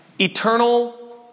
Eternal